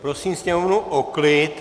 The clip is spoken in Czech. Prosím sněmovnu o klid!